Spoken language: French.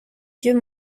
vieux